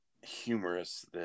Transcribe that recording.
humorous